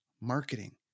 Marketing